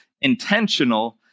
intentional